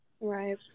Right